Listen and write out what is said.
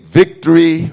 victory